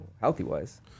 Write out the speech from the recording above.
healthy-wise